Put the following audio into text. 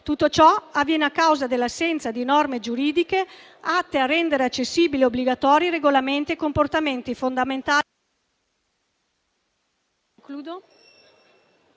Tutto ciò avviene a causa dell'assenza di norme giuridiche atte a rendere accessibili e obbligatori i regolamenti e i comportamenti fondamentali.